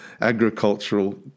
agricultural